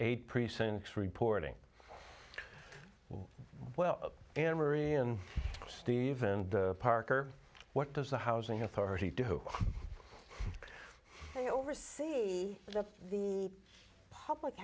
eight precincts reporting well anne marie and stephen parker what does the housing authority do they oversee the public